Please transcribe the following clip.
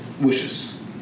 wishes